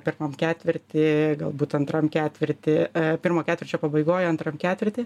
per ketvirtį galbūt antram ketvirty pirmo ketvirčio pabaigoj antram ketvirty